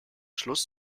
schluss